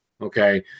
okay